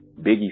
Biggie